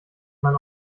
man